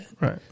Right